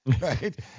Right